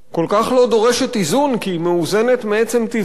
כל כך לא דורשת איזון, כי היא מאוזנת מעצם טיבה,